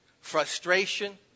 frustration